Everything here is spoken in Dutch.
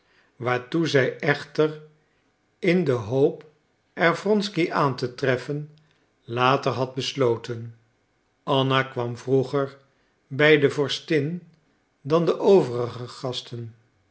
waartoe zij echter in de hoop er wronsky aan te treffen later had besloten anna kwam vroeger bij de vorstin dan de overige gasten